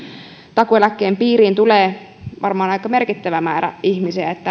takuueläkkeen piiriin tulee varmaan aika merkittävä määrä ihmisiä niin että